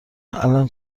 الان